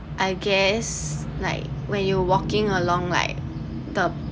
I guess like when you're walking along like the